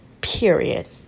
Period